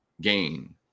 gain